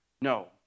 no